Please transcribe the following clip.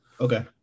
Okay